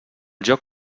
joc